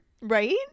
Right